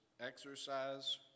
exercise